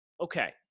Okay